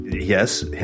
Yes